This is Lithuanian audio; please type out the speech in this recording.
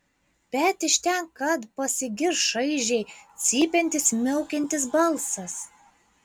bet iš ten kad pasigirs šaižiai cypiantis miaukiantis balsas